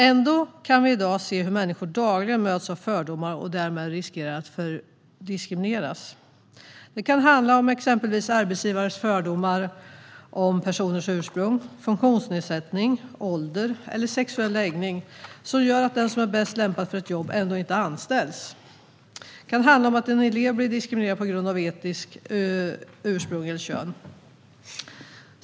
Ändå kan vi i dag se hur människor dagligen möts av fördomar och därmed riskerar att diskrimineras. Det kan handla om exempelvis arbetsgivares fördomar om personers ursprung, funktionsnedsättning, ålder eller sexuella läggning som gör att den som är bäst lämpad för ett jobb ändå inte anställs. Det kan handla om att en elev blir diskriminerad på grund av etniskt ursprung eller kön.